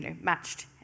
matched